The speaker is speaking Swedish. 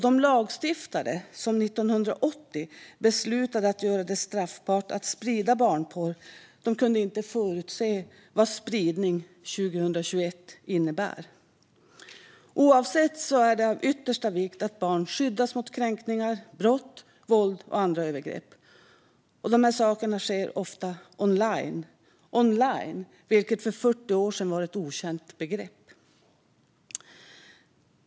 De lagstiftare som 1980 beslutade att göra det straffbart att sprida barnporr kunde inte förutse vad spridning 2021 innebär. Oavsett detta är det av yttersta vikt att barn skyddas mot kränkningar, brott, våld och andra övergrepp. Dessa saker sker ofta online, vilket för 40 år sedan var ett okänt begrepp.